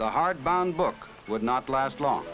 the hard bound book would not last long